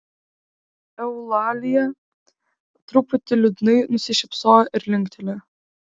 eulalija truputį liūdnai nusišypsojo ir linktelėjo